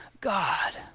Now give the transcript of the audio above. God